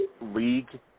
league